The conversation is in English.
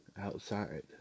outside